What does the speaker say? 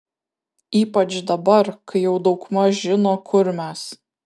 ypač dabar kai jau daugmaž žino kur mes